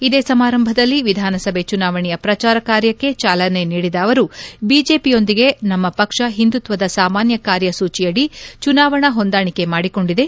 ಇದೇ ಸಮಾರಂಭದಲ್ಲಿ ವಿಧಾನಸಭೆ ಚುನಾವಣೆಯ ಪ್ರಚಾರ ಕಾರ್ಯಕ್ಕೆ ಚಾಲನೆ ನೀಡಿದ ಅವರು ಬಿಜೆಪಿಯೊಂದಿಗೆ ನಮ್ಮ ಪಕ್ಷ ಹಿಂದುತ್ತದ ಸಾಮಾನ್ನ ಕಾರ್ಯಸೂಚಿಯಡಿ ಚುನಾವಣಾ ಹೊಂದಾಣಿಕೆ ಮಾಡಿಕೊಂಡಿದೆ